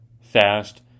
fast